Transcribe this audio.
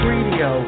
Radio